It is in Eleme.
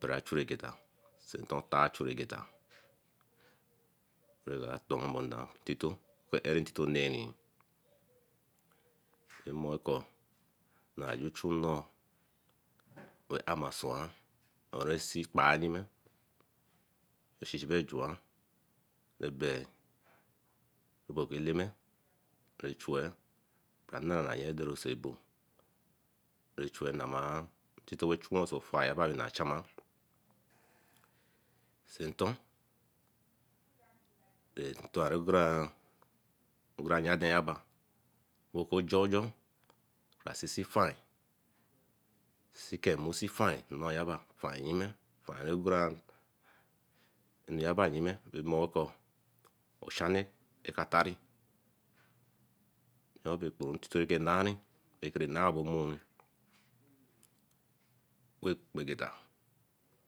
tre- chuegeta ton tar- chuegeta bre ton oma nar intito bey eery intito nary jumaker bejuchur nor bey amar swan see kpar yime ebeh eleme berre chuwe ere sobor be chueh nama inti to achine nah fire sin ton ingora yan aden injabo okujojoh asisifine fine yime qorah inyaba yime egeta.